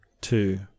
two